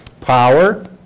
power